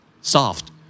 Soft